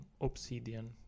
Obsidian